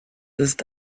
ist